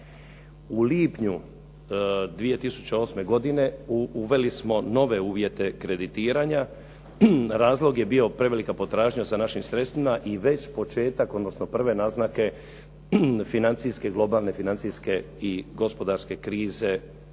U lipnju 2008. godine uveli smo nove uvjete kreditiranja. Razlog je bio prevelika potražnja za našim sredstvima i već početak, odnosno prve naznake financijske globalne, financijske i gospodarske krize